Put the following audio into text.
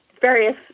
various